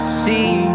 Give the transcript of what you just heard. see